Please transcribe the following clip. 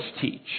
teach